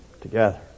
together